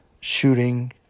shooting